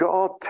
God